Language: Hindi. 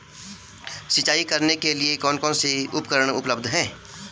सिंचाई करने के लिए कौन कौन से उपकरण उपलब्ध हैं?